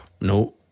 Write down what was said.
No